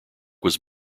was